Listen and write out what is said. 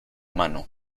mano